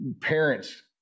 Parents